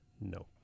No